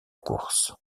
course